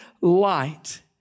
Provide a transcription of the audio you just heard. light